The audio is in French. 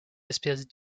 espèces